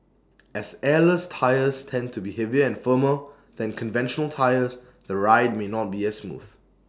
as airless tyres tend to be heavier and firmer than conventional tyres the ride may not be as smooth